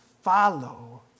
follow